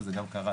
וזה גם קרה,